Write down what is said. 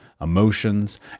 emotions